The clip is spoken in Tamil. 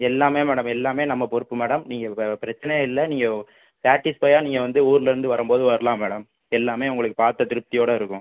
எல்லாமே மேடம் எல்லாமே நம்ம பொறுப்பு மேடம் நீங்கள் ப பிரச்சனையே இல்லை நீங்கள் சேட்டிஸ்ஃபையாக நீங்கள் வந்து ஊர்லேருந்து வரும்போது வரலாம் மேடம் எல்லாமே உங்களுக்கு பார்த்த திருப்தியோட இருக்கும்